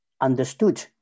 understood